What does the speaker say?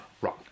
Wrong